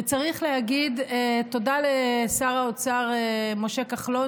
וצריך להגיד תודה לשר האוצר משה כחלון,